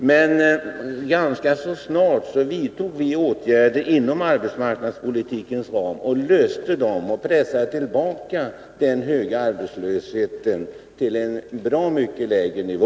Men ganska snart vidtog vi åtgärder inom arbetsmarknadspoli tikens ram och lyckades minska den höga arbetslösheten till en betydligt lägre nivå.